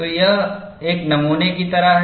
तो यह एक नमूने की तरह है